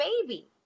baby